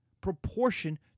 proportion